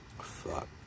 Fuck